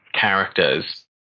characters